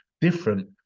different